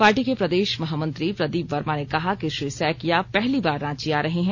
party के प्रदेश महामंत्री प्रदीप वर्मा ने कहा कि श्री सैकिया पहली बार रांची आ रहे हैं